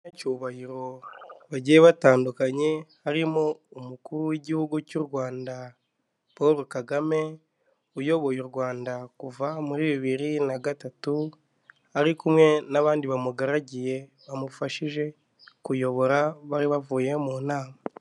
Abanyacyubahiro bagiye batandukanye, harimo umukuru w'igihugu cy'u Rwanda Polo Kagame uyoboye u Rwanda kuva muri bibiri na gatatu, ari kumwe n'abandi bamugaragiye bamufashije kuyobora bari bavuye mu nama.